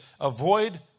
avoid